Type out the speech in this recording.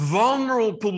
vulnerable